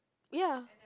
ya